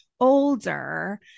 older